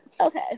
Okay